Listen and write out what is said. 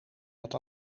dat